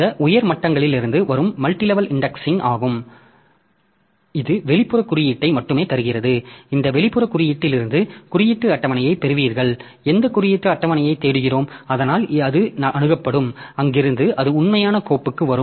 இந்த உயர் மட்டங்களிலிருந்து வரும் மல்டிலெவல் இன்டெக்ஸிங் ஆகும் இது வெளிப்புற குறியீட்டை மட்டுமே தருகிறது இந்த வெளிப்புற குறியீட்டிலிருந்து குறியீட்டு அட்டவணையைப் பெறுவீர்கள் எந்த குறியீட்டு அட்டவணையை தேடுகிறோம் அதனால் அது அணுகப்படும் அங்கிருந்து அது உண்மையான கோப்புக்கு வரும்